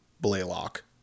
Blaylock